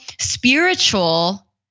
spiritual